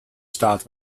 staat